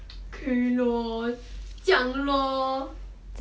okay lor 这样 lor